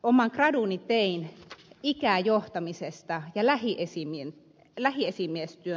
oman graduni tein ikäjohtamisesta ja lähiesimiestyön merkityksestä